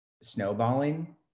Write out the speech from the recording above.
snowballing